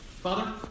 Father